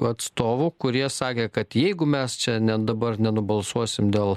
atstovų kurie sakė kad jeigu mes čia ne dabar nenubalsuosim dėl